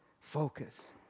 focus